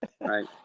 right